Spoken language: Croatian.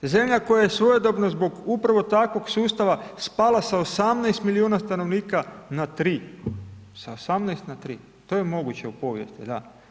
Zemlja koja je svojedobno zbog upravo takvog sustava spala sa 18 milijuna stanovnika na 3. Sa 18 na 3. To je moguće u povijesti, da.